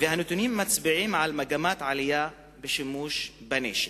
והנתונים מצביעים על מגמת עלייה בשימוש בנשק.